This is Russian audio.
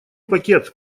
пакет